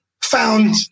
Found